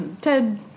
Ted